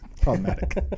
problematic